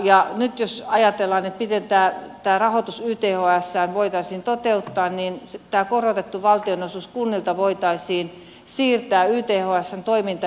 nyt jos ajatellaan miten tämä rahoitus ythsään voitaisiin toteuttaa niin tämä korotettu valtionosuus kunnilta voitaisiin siirtää ythsn toimintaan